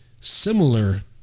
similar